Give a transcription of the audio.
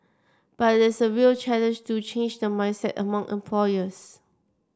but this a real challenge to change the mindset among employers